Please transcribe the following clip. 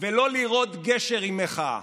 ולא לראות גשר עם מחאה.